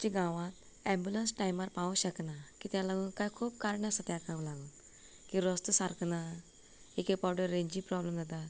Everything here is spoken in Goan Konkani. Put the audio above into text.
आमच्या गांवांत ऍबुलन्स टायमार पावूंक शकना कित्याक लागून काय खूब कारणां आसात ताका लागून की रस्तो सारको ना एक एक फावटी रेंजीक प्रोब्लम जाता